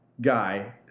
Guy